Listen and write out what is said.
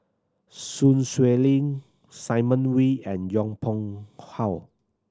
Sun Xueling Simon Wee and Yong Pung How